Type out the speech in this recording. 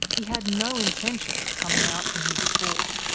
he had no intention of coming out in his sport.